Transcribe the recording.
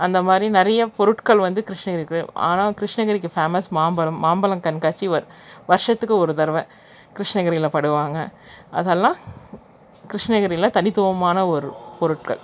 அந்த மாதிரி நிறைய பொருட்கள் வந்து கிருஷ்ணகிரியில் இருக்குது ஆனால் கிருஷ்ணகிரிக்கு ஃபேமஸ் மாம்பழம் மாம்பழம் கண்காட்சி வர் வருஷத்துக்கு ஒரு தடவை கிருஷ்ணகிரியில் படுவாங்க அதெல்லாம் கிருஷ்ணகிரியில் தனித்துவமான ஒரு பொருட்கள்